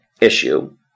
issue